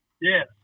Yes